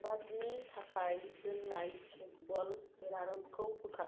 बुधबारनि थाखाय दोननाय किकबल एलार्मखौ बोखार